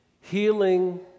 Healing